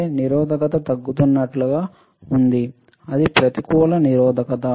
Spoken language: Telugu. అంటే నిరోధకత తగ్గుతున్నట్లుగా ఉంది అది ప్రతికూల నిరోధకత